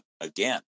again